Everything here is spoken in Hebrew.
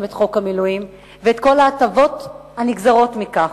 את חוק המילואים ואת כל ההטבות הנגזרות מכך.